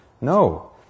No